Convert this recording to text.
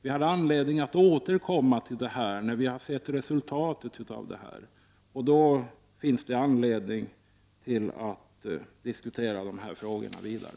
Vi har anledning att återkomma till detta när vi sett resultatet av utredningen. Då finns det anledning att diskutera dessa frågor vidare.